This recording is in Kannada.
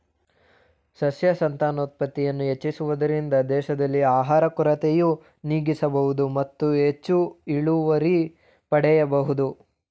ಸಸ್ಯ ಸಂತಾನೋತ್ಪತ್ತಿ ಹೆಚ್ಚಿಸುವುದರಿಂದ ದೇಶದಲ್ಲಿ ಆಹಾರದ ಕೊರತೆಯನ್ನು ನೀಗಿಸಬೋದು ಮತ್ತು ಹೆಚ್ಚು ಇಳುವರಿ ಪಡೆಯಬೋದು